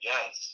Yes